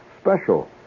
special